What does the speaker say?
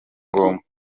ngombwa